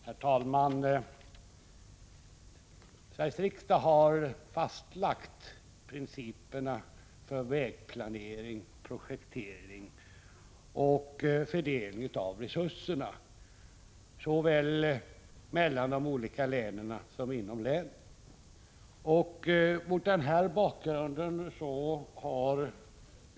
Herr talman! Sveriges riksdag har fastlagt principerna för vägplanering, projektering och fördelning av resurserna såväl mellan de olika länen som inom länen.